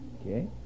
Okay